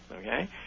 Okay